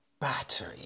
battery